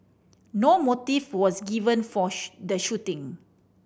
no motive was given for the shooting